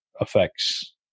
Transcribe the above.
effects